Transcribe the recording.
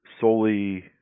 solely